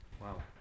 wow